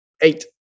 Eight